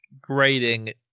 grading